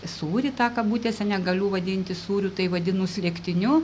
sūrį tą kabutėse negaliu vadinti sūriu tai vadinu slėgtiniu